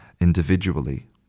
individually